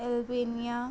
Albania